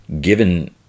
given